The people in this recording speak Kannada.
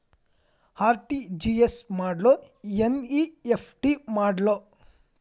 ಆರ್.ಟಿ.ಜಿ.ಎಸ್ ಮಾಡ್ಲೊ ಎನ್.ಇ.ಎಫ್.ಟಿ ಮಾಡ್ಲೊ?